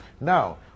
Now